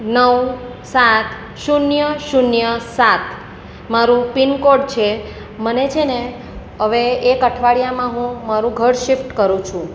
નવ સાત શૂન્ય શૂન્ય સાત મારું પિનકોડ છે મને છે ને હવે એક અઠવાડિયામાં હું મારું ઘર શિફ્ટ કરું છું